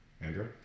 Andrew